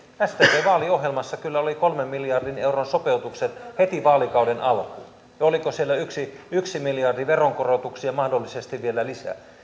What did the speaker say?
sdpn vaaliohjelmassa kyllä oli kolmen miljardin euron sopeutukset heti vaalikauden alkuun ja oliko siellä yksi yksi miljardi veronkorotuksia mahdollisesti vielä lisää